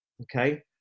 Okay